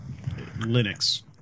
linux